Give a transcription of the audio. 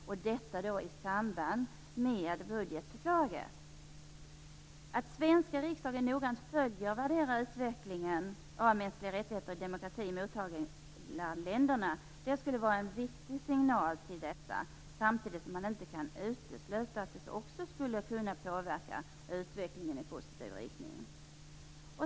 Detta skall ske i samband med budgetförslaget. Det skulle vara en viktig signal till mottagarländerna om svenska riksdagen noggrant följde och värderade utvecklingen av mänskliga rättigheter och demokrati i dessa, samtidigt som man inte kan utesluta att det också skulle kunna påverka utvecklingen i positiv riktning.